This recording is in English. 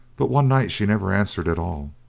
but one night she never answered at all.